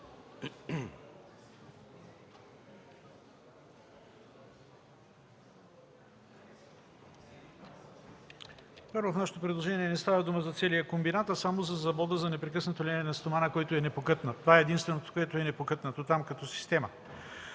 Първо, в нашето предложение не става дума за целия комбинат, а само за Завода за непрекъснато леене на стомана, който е непокътнат. Това е единственото непокътнато там като система.